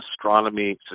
Astronomy